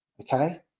okay